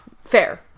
Fair